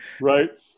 Right